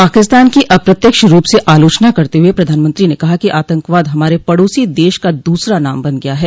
पाकिस्तान की अप्रत्यक्ष रूप से आलोचना करते हुए प्रधानमंत्री ने कहा कि आतंकवाद हमारे पड़ोसी देश का दूसरा नाम बन गया है